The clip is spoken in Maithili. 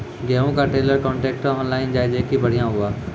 गेहूँ का ट्रेलर कांट्रेक्टर ऑनलाइन जाए जैकी बढ़िया हुआ